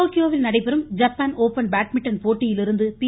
டோக்கியோவில் நடைபெறும் Japan open badminton போட்டியிலிருந்து பி